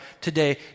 today